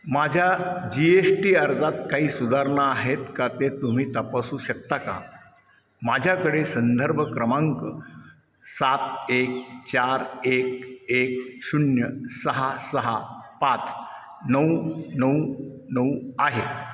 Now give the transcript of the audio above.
माझ्या G S T अर्जात काही सुधारणा आहेत का ते तुम्ही तपासू शकता का माझ्याकडे संदर्भ क्रमांक सात एक चार एक एक शून्य सहा सहा पाच नऊ नऊ नऊ आहे